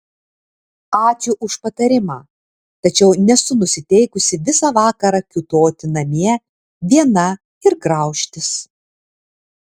ačiū už patarimą tačiau nesu nusiteikusi visą vakarą kiūtoti namie viena ir graužtis